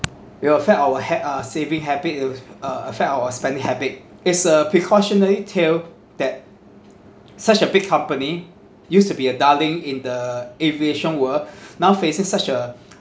it'll affect our ha~ uh saving habit it will uh affect our spending habit is a precautionary tale that such a big company used to be a darling in the aviation world now facing such a